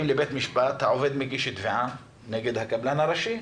המשפט העובד מגיש תביעה נגד הקבלן הראשי,